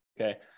okay